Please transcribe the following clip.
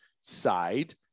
side